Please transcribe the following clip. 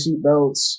seatbelts